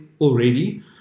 already